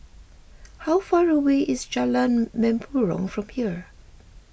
how far away is Jalan Mempurong from here